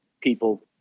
people